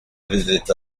visits